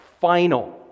final